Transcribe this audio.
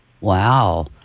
Wow